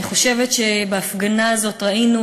אני חושבת שבהפגנה הזאת ראינו,